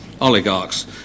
oligarchs